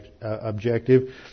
objective